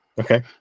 okay